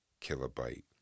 kilobyte